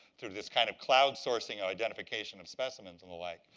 through this kind of cloud sourcing identification of specimens and the like.